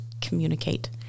communicate